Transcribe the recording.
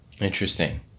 Interesting